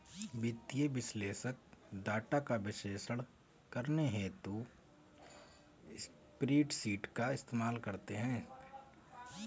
वित्तीय विश्लेषक डाटा का विश्लेषण करने हेतु स्प्रेडशीट का इस्तेमाल करते हैं